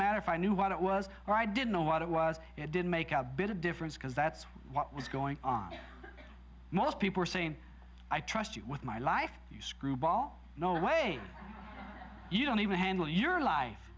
matter if i knew what it was or i didn't know what it was it didn't make a bit of difference because that's what was going on most people are saying i trust you with my life you screwball no way you don't even handle your life